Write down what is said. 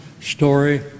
story